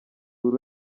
buri